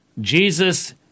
Jesus